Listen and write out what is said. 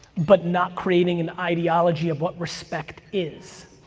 but not creating an ideology of what respect is,